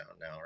now